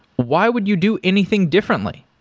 why would you do anything differently?